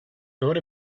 thought